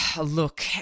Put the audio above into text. Look